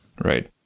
Right